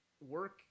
work